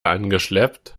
angeschleppt